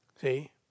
See